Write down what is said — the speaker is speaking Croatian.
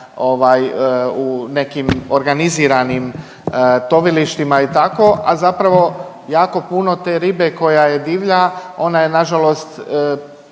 u nekim organiziranim tovilištima i tako, a zapravo jako puno te ribe koja je divlja, ona je nažalost